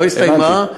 לא הסתיימה.